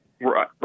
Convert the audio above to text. Right